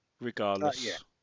regardless